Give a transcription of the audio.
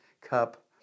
cup